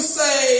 say